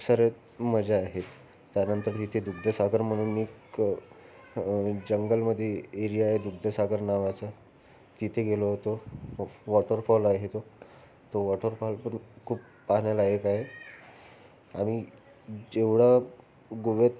खूप सारं मजा आहेत त्यानंतर तिथे दुग्धसागर म्हणून एक जंगलमध्ये एरिया आहे दुग्धसागर नावाचा तिथे गेलो होतो वॉटरफॉल आहे तो तो वॉटरफॉल पण खूप पाहण्यालायक आहे आणि जेवढं गोव्यात